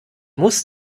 muss